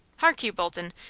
hark you, bolton,